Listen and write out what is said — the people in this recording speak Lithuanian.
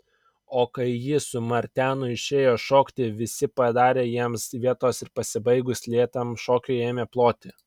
o kai ji su martenu išėjo šokti visi padarė jiems vietos ir pasibaigus lėtam šokiui ėmė ploti